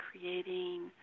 creating